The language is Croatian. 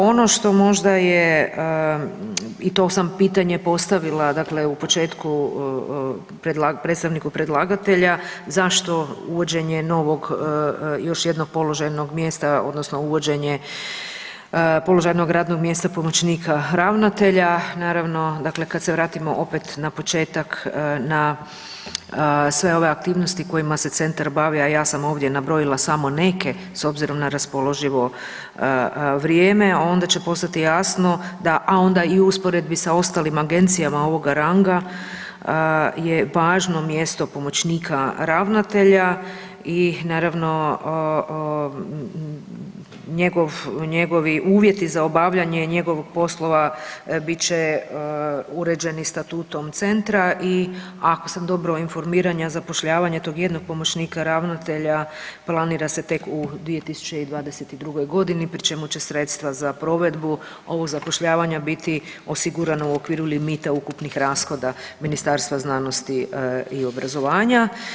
Ono što možda je i to sam pitanje postavila dakle u početku predstavnika predlagatelja, zašto uvođenje novog još jednog položajnog mjesta odnosno uvođenje pomoćnika ravnatelja, naravno dakle kad se vratimo opet na početak na sve ove aktivnosti s kojima se centar bavi, a ja sam ovdje nabrojila samo neke s obzirom na raspoloživo vrijeme onda će postati jasno, a onda i u usporedbi s ostalim agencijama ovoga ranga je važno mjesto pomoćnika ravnatelja i naravno njegovi upiti za obavljanje njegovog poslova bit će uređeni statutom centra i ako sam dobro informirana zapošljavanje tog jednog pomoćnika ravnatelja planira se tek u 2022.g. pri čemu će sredstva za provedbu ovog zapošljavanja biti osigurana u okviru limita ukupnih rashoda Ministarstva znanosti i obrazovanja.